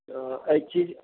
ओ एहि चीज